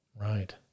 Right